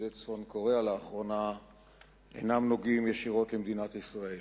צפון-קוריאה לאחרונה אינם נוגעים ישירות למדינת ישראל,